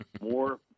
More